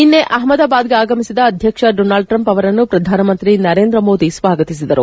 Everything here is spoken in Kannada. ನಿನ್ನೆ ಅಪಮದಾಬಾದ್ಗೆ ಆಗಮಿಸಿದ ಅಧ್ಯಕ್ಷ ಡೊನಾಲ್ಡ್ ಟ್ರಂಪ್ ಅವರನ್ನು ಪ್ರಧಾನಮಂತ್ರಿ ನರೇಂದ್ರ ಮೋದಿ ಸ್ವಾಗತಿಸಿದರು